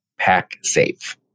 PackSafe